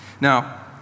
Now